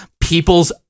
people's